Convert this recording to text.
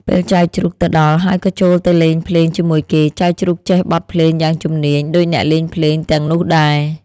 ពេលចៅជ្រូកទៅដល់ហើយក៏ចូលទៅលេងភ្លេងជាមួយគេ ចៅជ្រូកចេះបទភ្លេងយ៉ាងជំនាញដូចអ្នកលេងភ្លេងទាំងនោះដែរ។